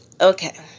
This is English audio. Okay